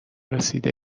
رسیده